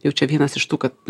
jau čia vienas iš tų kad